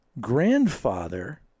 Grandfather